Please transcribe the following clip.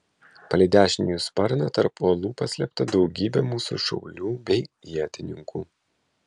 palei dešinį jų sparną tarp uolų paslėpta daugybė mūsų šaulių bei ietininkų